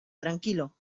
tranquilo